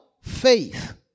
faith